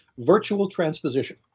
virtual transposition.